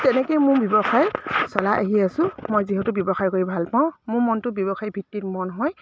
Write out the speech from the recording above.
তেনেকৈয়ে মোৰ ব্যৱসায় চলাই আহি আছোঁ মই যিহেতু ব্যৱসায় কৰি ভাল পাওঁ মোৰ মনটো ব্যৱসায়ভিত্তিক মন হয়